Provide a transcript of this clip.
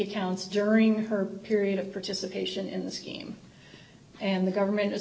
accounts during her period of participation in the scheme and the government